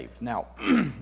Now